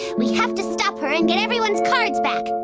we have to stop her and get everyone's cards back,